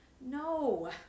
No